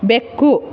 ಬೆಕ್ಕು